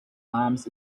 arms